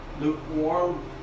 lukewarm